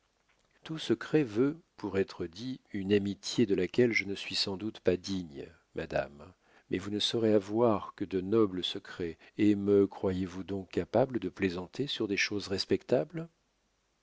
tout secret veut pour être dit une amitié de laquelle je ne suis sans doute pas digne madame mais vous ne sauriez avoir que de nobles secrets et me croyez-vous donc capable de plaisanter sur des choses respectables